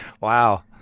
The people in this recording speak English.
Wow